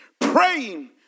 praying